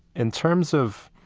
in terms of